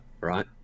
Right